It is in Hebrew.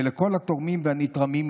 ולכל התורמים והנתרמים,